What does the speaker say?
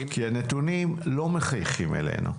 כי הנתונים לא מחייכים אלינו.